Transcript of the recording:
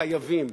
חייבים,